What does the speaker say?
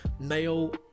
male